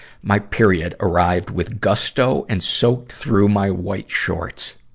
my period arrived with gusto and soaked through my white shorts.